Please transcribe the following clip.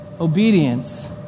obedience